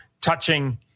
touching